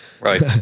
Right